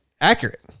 accurate